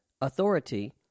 authority